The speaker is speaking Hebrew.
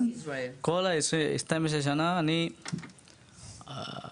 כל ה-12 שנה אני רק